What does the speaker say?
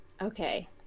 okay